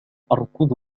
أركض